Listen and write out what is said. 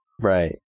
Right